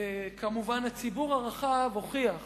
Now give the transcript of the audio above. כמובן, הציבור הרחב הוכיח